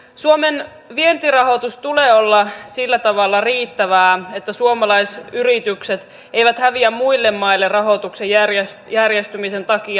suomen vientirahoituksen tulee olla sillä tavalla riittävää että suomalaisyritykset eivät häviä muille maille rahoituksen järjestymisen takia